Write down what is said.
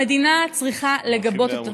המדינה צריכה לגבות אותם.